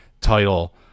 title